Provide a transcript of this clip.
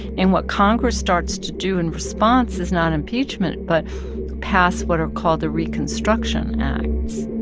and what congress starts to do in response is not impeachment but pass what are called the reconstruction acts,